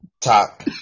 top